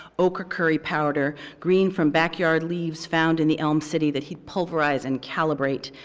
ochre curry powder, green from backyard leaves found in the elm city that he'd pulverize and calibrate,